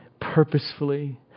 purposefully